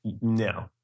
No